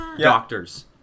Doctors